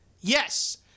Yes